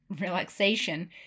relaxation